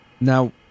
Now